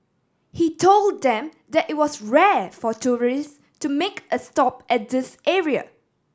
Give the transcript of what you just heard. he told them that it was rare for tourists to make a stop at this area